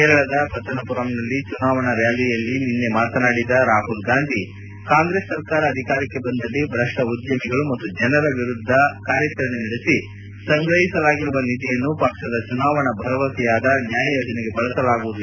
ಕೇರಳದ ಪತ್ತನಪುರಂನಲ್ಲಿ ಚುನಾವಣಾ ರ್ನಾಲಿಯಲ್ಲಿ ನಿನ್ನೆ ಮಾತನಾಡಿದ ರಾಹುಲ್ ಗಾಂಧಿ ಕಾಂಗ್ರೆಸ್ ಸರ್ಕಾರ ಅಧಿಕಾರಕ್ಕೆ ಬಂದಲ್ಲಿ ಭ್ರಷ್ಷ ಉದ್ದಮಿಗಳು ಮತ್ತು ಜನರ ವಿರುದ್ದ ಕಾರ್ಯಾಚರಣೆ ನಡೆಸಿ ಸಂಗ್ರಹಿಸಲಾಗುವ ನಿಧಿಯನ್ನು ಪಕ್ಷದ ಚುನಾವಣಾ ಭರವಸೆಯಾದ ನ್ನಾಯ್ ಯೋಜನೆಗೆ ಬಳಸಲಾಗುವುದು ಎಂದು ಹೇಳಿದರು